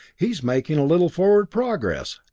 he is making a little forward progress.